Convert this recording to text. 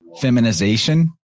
feminization